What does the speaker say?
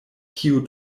kiu